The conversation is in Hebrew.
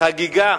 חגיגה